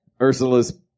Ursula's